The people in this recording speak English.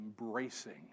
embracing